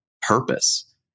purpose